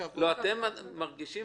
אתם מרגישים